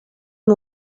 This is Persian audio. این